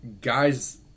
guys